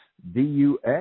dux